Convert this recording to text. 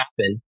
happen